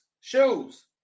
shoes